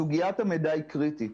סוגית המידע היא קריטית.